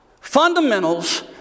fundamentals